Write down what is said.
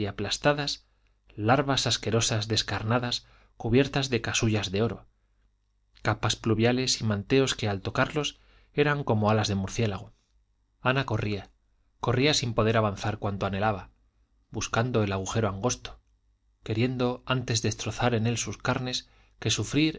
aplastadas larvas asquerosas descarnadas cubiertas de casullas de oro capas pluviales y manteos que al tocarlos eran como alas de murciélago ana corría corría sin poder avanzar cuanto anhelaba buscando el agujero angosto queriendo antes destrozar en él sus carnes que sufrir